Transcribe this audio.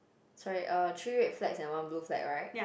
sorry uh three red flags and one blue flag right